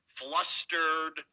flustered